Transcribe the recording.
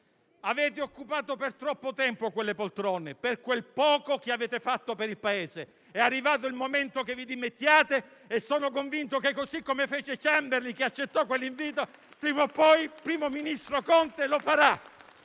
"avete occupato per troppo tempo quelle poltrone, per quel poco che avete fatto per il Paese. È arrivato il momento che vi dimettiate". Sono convinto che, così come fece Chamberlain che accettò quell'invito, prima o poi il primo ministro Conte farà